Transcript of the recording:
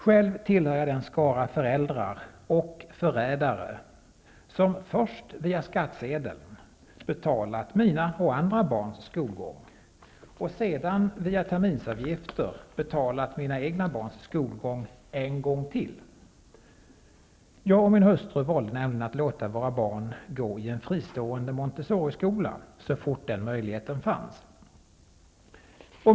Själv tillhör jag den skara föräldrar och förrädare som först via skattsedeln betalat mina och andra barns skolgång och sedan via terminsavgifter betalat mina egna barns skolgång en gång till. Jag och min hustru valde nämligen att låta våra barn gå i en fristående Montessoriskola, så fort den möjligheten fanns.